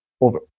over